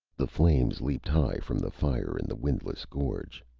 the flames leaped high from the fire in the windless gorge.